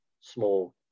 small